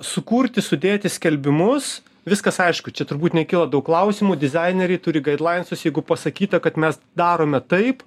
sukurti sudėti skelbimus viskas aišku čia turbūt nekyla daug klausimų dizaineriai turi gaidlainsus jeigu pasakyta kad mes darome taip